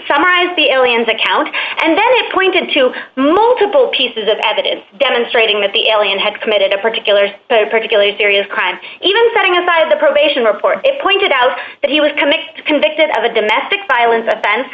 summarized the aliens account and then i pointed to multiple pieces of evidence demonstrating that the alien had committed a particular particularly serious crime even setting aside the probation report it pointed out that he was coming convicted of a domestic violence offen